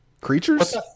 Creatures